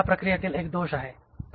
जो प्रक्रियेतील एक दोष आहे